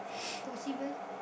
possible